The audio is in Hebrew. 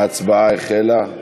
ההצעה להעביר